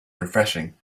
refreshing